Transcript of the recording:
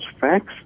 facts